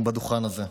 בדוכן הזה.